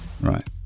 Right